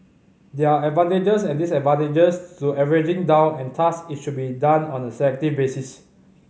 there are advantages and disadvantages to averaging down and thus it should be done on a selective basis